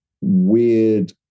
weird